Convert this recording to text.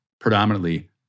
predominantly